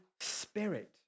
Spirit